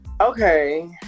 okay